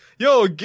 Yo